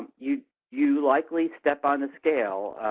you you likely step on the scale